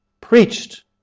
preached